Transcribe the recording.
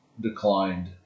declined